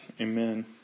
amen